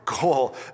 goal